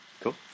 cool